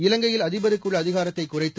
இலங்கையில் அதிபருக்கு உள்ள அதிகாரத்தை குறைத்து